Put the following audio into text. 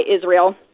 Israel